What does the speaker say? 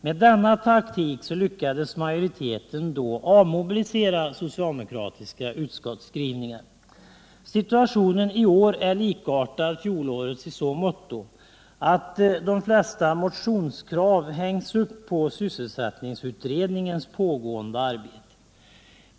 Med denna taktik lyckades majoriteten då avmobilisera socialdemokratiska utskottsskrivningar. Situationen i år är likartad fjolårets i så måtto, att de flesta motionskrav hängs upp på sysselsättningsutredningens pågående arbete.